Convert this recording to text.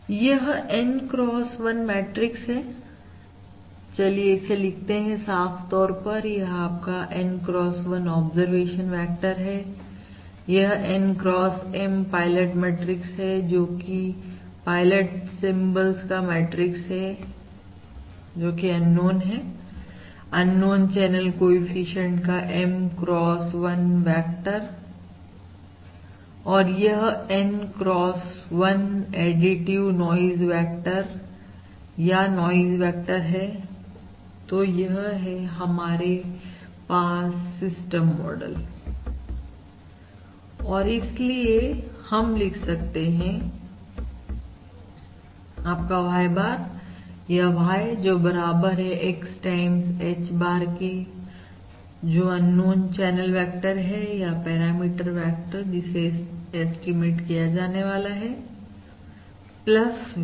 यह N x 1 matrix है चलिए इसे लिखते हैं साफ तौर पर यह आपका N x 1 ऑब्जरवेशन वेक्टर है यह N x M pilot matrix है जोकि पायलट सिंबल्स का मैट्रिक्स है जोकि अननोन है अननोन चैनल कोएफिशिएंट का M x 1 वेक्टर और यह N x 1 additive noise vector या नॉइज वेक्टर हैतो यह है हमारे पास सिस्टम मॉडल इसलिए हम लिख सकते हैं आपका Y bar या Y बराबर है X टाइम्स H bar के जो अननोन चैनल वेक्टर है या पैरामीटर वेक्टर जिसे एस्टीमेट किया जाने वाला है V bar